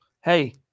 Hey